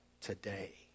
today